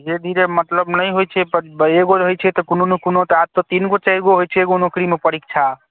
धीरे धीरे मतलब नहि होइत छै एगो रहैत छै तऽ कोनो ने कोनो तऽ आब तऽ तीनगो चारिगो होइत छै एगो नौकरीमे परीक्षा